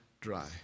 dry